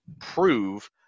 prove